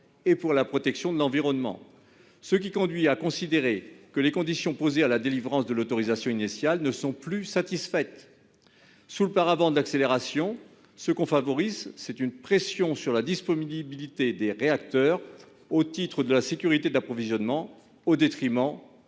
et à la protection de l'environnement. Une telle situation conduirait donc à considérer que les conditions posées à la délivrance de l'autorisation initiale ne sont plus satisfaites. Derrière le paravent de l'accélération, on favorise ainsi une pression sur la disponibilité des réacteurs au titre de la sécurité de l'approvisionnement, au détriment